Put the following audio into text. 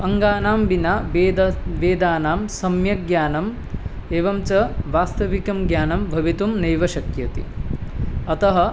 अङ्गानां विना वेदः वेदानां सम्यक् ज्ञानम् एवं च वास्तविकं ज्ञानं भवितुं नैव शक्यते अतः